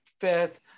fifth